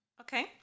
Okay